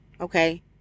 okay